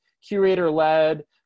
Curator-led